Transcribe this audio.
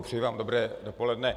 Přeji vám dobré dopoledne.